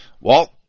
Walt